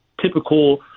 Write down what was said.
typical